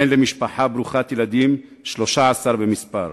אני בן למשפחה ברוכת ילדים, 13 במספר.